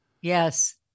Yes